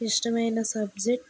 ఇష్టమైన సబ్జెక్ట్